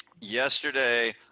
yesterday